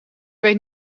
weet